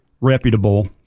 reputable